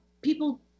people